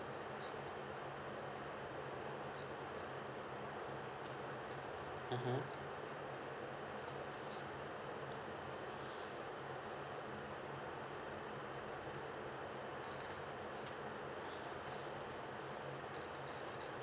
mmhmm